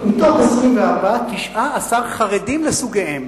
מתוך 24, 19 חרדים לסוגיהם.